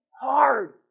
hard